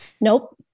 nope